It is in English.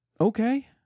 Okay